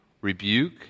rebuke